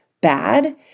bad